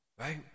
Right